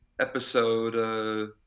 episode